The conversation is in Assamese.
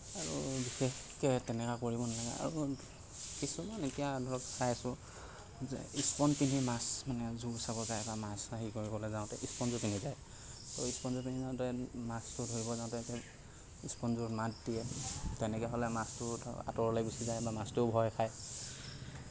আৰু বিশেষকে তেনেকে কৰিব নালাগে আৰু কিছুমান এতিয়া ধৰক চাই আছোঁ যে মাছ জু চাবলৈ মাছ আহি গ'ল পিন্ধি যায় ত' পিন্ধি যাওঁতে মাছটো ধৰিব যাওঁতে মাত দিয়ে তেনেকে হ'লে মাছটো ধৰক আতৰলৈ গুচি যায় বা মাছটো ভয় খায়